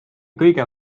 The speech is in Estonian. kõige